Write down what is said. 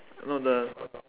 no the